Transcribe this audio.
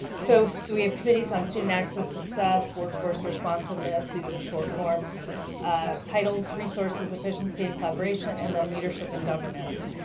so so we have committees on student access success, workforce responsiveness these are short form titles, resources, efficiency, and collaboration and then leadership and governance.